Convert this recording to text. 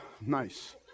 Nice